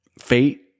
fate